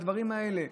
הדברים האלה.